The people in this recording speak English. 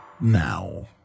now